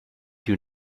you